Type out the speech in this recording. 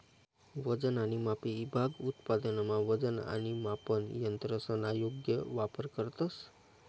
वजन आणि मापे ईभाग उत्पादनमा वजन आणि मापन यंत्रसना योग्य वापर करतंस